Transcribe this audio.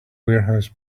warehouse